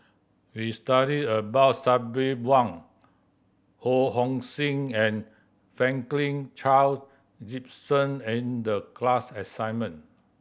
we studied about Sabri Buang Ho Hong Sing and Franklin Charle Gimson in the class assignment